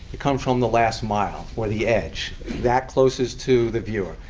it comes from the last mile or the edge, that closest to the viewer.